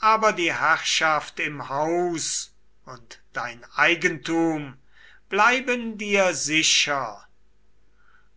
aber die herrschaft im haus und dein eigentum bleiben dir sicher